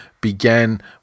began